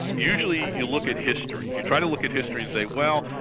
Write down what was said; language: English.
usually you look at history, you try to look at history and say well,